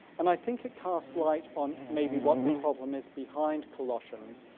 and i think it casts light on maybe what the problem is behind colossians,